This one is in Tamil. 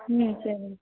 ம் சரிங்க